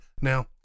now